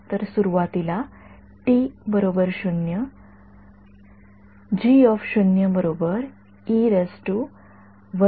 तर सुरूवातीला